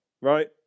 right